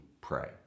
pray